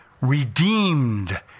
redeemed